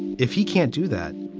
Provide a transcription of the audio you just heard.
if he can't do that,